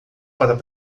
para